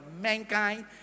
mankind